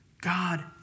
God